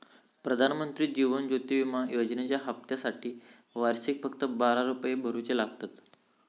प्रधानमंत्री जीवन ज्योति विमा योजनेच्या हप्त्यासाटी वर्षाक फक्त बारा रुपये भरुचे लागतत